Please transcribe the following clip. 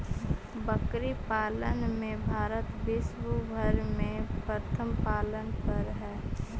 बकरी पालन में भारत विश्व भर में प्रथम स्थान पर हई